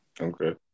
Okay